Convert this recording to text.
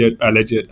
alleged